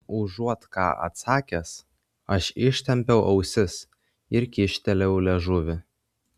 užuot ką atsakęs aš ištempiau ausis ir kyštelėjau liežuvį